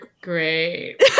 great